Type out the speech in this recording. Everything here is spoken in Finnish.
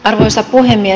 arvoisa puhemies